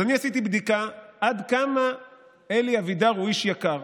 אז אני עשיתי בדיקה עד כמה אלי אבידר הוא איש יקר.